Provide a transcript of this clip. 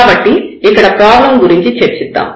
కాబట్టి ఇక్కడ ప్రాబ్లం గురించి చర్చిద్దాం